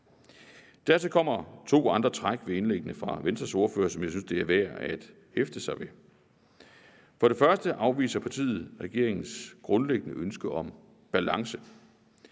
Dertil kommer to andre træk ved indlæggene fra Venstres ordfører, som jeg synes det er værd at hæfte sig ved. For det første afviser partiet regeringens grundlæggende ønske om balance,